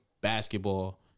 basketball